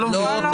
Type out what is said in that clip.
לא.